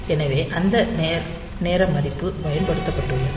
எனவே அந்த நேர மதிப்பு பயன்படுத்தப்பட்டுள்ளது